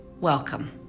Welcome